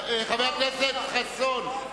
חבר הכנסת חסון.